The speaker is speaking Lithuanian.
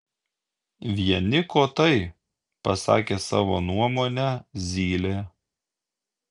vieni kotai pasakė savo nuomonę zylė